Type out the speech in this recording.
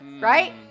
Right